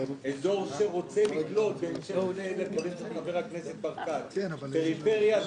אזור שרוצה לקלוט בהמשך לדברים של חבר הכנסת ברקת פריפריה,